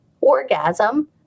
orgasm